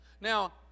Now